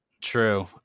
True